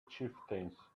chieftains